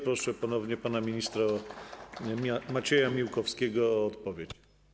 Proszę ponownie pana ministra Maciej Miłkowskiego o odpowiedź.